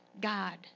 god